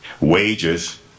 Wages